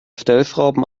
stellschrauben